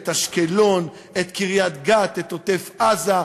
את אשקלון, את קריית-גת, את עוטף-עזה.